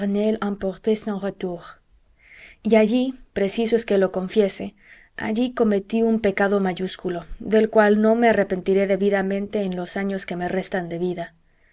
y allí preciso es que lo confiese allí cometí un pecado mayúsculo del cual no me arrepentiré debidamente en los años que me restan de vida